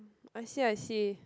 I see I see